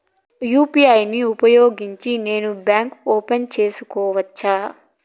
UPI ను ఉపయోగించి నేను బ్యాంకు ఓపెన్ సేసుకోవచ్చా?